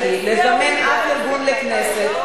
תקראי את התקנון של הכנסת,